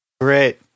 Great